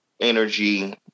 energy